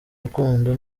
rukundo